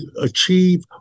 achieve